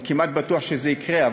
אני כמעט בטוח שזה יקרה,